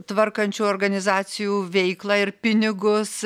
tvarkančių organizacijų veiklą ir pinigus